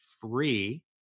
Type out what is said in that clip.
free